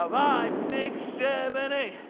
ah five six seven eight.